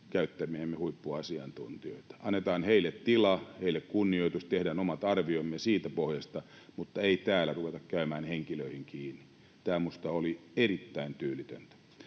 käyttämiämme huippuasiantuntijoita. Annetaan heille tila, heille kunnioitus, tehdään omat arviomme siltä pohjalta, mutta ei ruveta täällä käymään henkilöihin kiinni. Tämä oli minusta erittäin tyylitöntä.